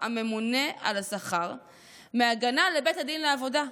הממונה על השכר מהגנה לבית הדין לעבודה: